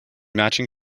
matching